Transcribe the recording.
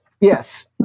Yes